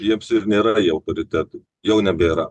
jiems ir nėra jie autoritetai jau nebėra